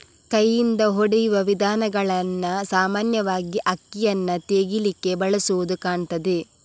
ಕೈಯಿಂದ ಹೊಡೆಯುವ ವಿಧಾನಗಳನ್ನ ಸಾಮಾನ್ಯವಾಗಿ ಅಕ್ಕಿಯನ್ನ ತೆಗೀಲಿಕ್ಕೆ ಬಳಸುದು ಕಾಣ್ತದೆ